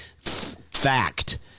fact